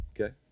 okay